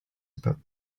about